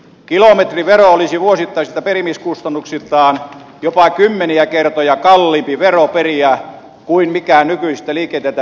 kilometrivero olisi vuosittaisilta perimiskustannuksiltaan jopa kymmeniä kertoja kalliimpi vero periä kuin mikään nykyisistä liikenteeltä perittävistä veroista